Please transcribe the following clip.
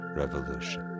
revolution